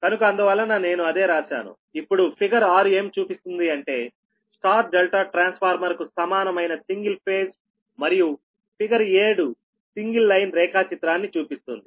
కనుక అందువలన నేను అదే రాశాను ఇప్పుడు ఫిగర్ 6 ఏమి చూపిస్తుంది అంటే Y ∆ ట్రాన్స్ఫార్మర్ కు సమానమైన సింగిల్ ఫేజ్ మరియు ఫిగర్ 7 సింగిల్ లైన్ రేఖా చిత్రాన్ని చూపిస్తుంది